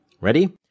Ready